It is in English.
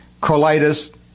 colitis